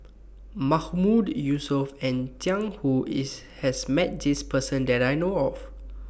Mahmood Yusof and Jiang Hu IS has Met This Person that I know of